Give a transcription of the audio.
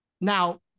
now